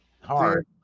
hard